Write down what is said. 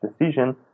decision